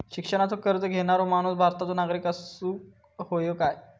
शिक्षणाचो कर्ज घेणारो माणूस भारताचो नागरिक असूक हवो काय?